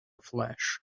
flesh